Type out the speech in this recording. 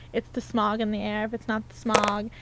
it's the smog in the air. it's not the smog,